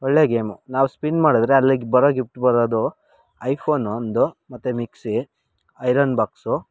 ಒಳ್ಳೆಯ ಗೇಮು ನಾವು ಸ್ಪಿನ್ ಮಾಡಿದ್ರೆ ಅಲ್ಲಿ ಬರೋ ಗಿಫ್ಟ್ ಬರೋದು ಐಫೋನ್ ಒಂದು ಮತ್ತು ಮಿಕ್ಸಿ ಐರನ್ ಬಾಕ್ಸು